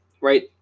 right